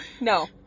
No